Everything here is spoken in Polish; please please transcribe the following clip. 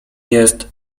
jest